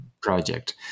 project